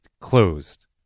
closed